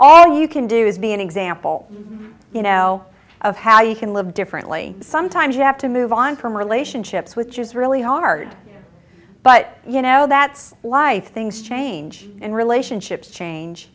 all you can do is be an example you know of how you can live differently sometimes you have to move on from relationships with years really hard but you know that's life things change and relationships change